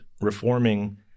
reforming